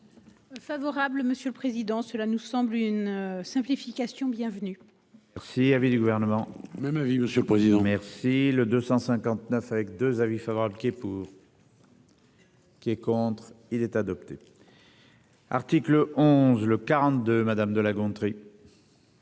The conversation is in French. Favorable, Monsieur le Président, cela nous semble une simplification bienvenue. S'il y avait du gouvernement même avis monsieur le président. Merci le 259 avec 2 avis favorable qui est pour. Qui est contre, il est adopté. Article 11, le 42. Madame de La Gontrie.